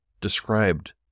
described